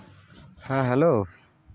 ᱦᱮᱸ ᱦᱮᱞᱳ